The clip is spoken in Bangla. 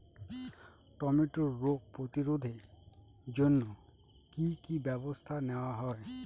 টমেটোর রোগ প্রতিরোধে জন্য কি কী ব্যবস্থা নেওয়া হয়?